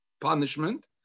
punishment